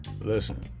listen